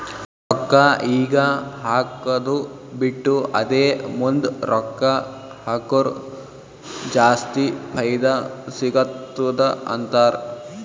ರೊಕ್ಕಾ ಈಗ ಹಾಕ್ಕದು ಬಿಟ್ಟು ಅದೇ ಮುಂದ್ ರೊಕ್ಕಾ ಹಕುರ್ ಜಾಸ್ತಿ ಫೈದಾ ಸಿಗತ್ತುದ ಅಂತಾರ್